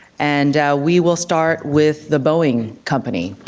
and we will start with the boeing company.